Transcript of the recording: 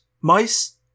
mice